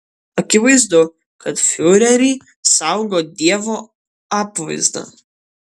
akivaizdu kad fiurerį saugo dievo apvaizda